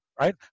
right